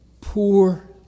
poor